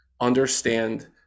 understand